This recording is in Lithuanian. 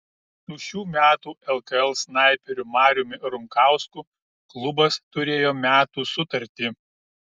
su šių metų lkl snaiperiu mariumi runkausku klubas turėjo metų sutartį